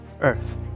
earth